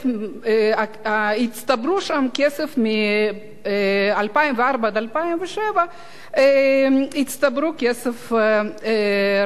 והצטבר שם כסף רב מ-2004 עד 2007. עכשיו 2012,